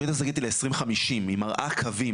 התוכנית היא ל-2050 היא מראה קווים,